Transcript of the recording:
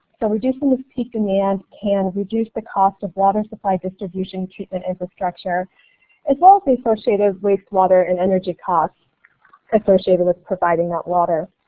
so reducing this peak demand can reduce the cost of water supply distribution treatment infrastructure as well as the associated waste water and energy costs associated with providing that water.